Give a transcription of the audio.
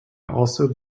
also